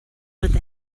with